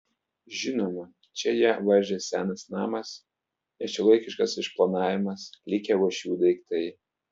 žinoma čia ją varžė senas namas nešiuolaikiškas išplanavimas likę uošvių daiktai